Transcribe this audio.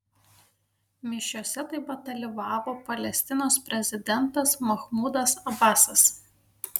mišiose taip pat dalyvavo palestinos prezidentas mahmudas abasas